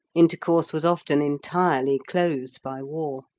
intercourse was often entirely closed by war.